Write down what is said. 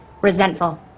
Resentful